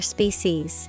Species